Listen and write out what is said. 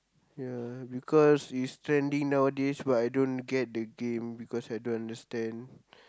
ya because it's trending nowadays but I don't get the game because I don't understand